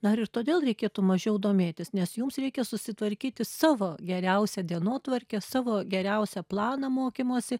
dar ir todėl reikėtų mažiau domėtis nes jums reikia susitvarkyti savo geriausią dienotvarkę savo geriausią planą mokymosi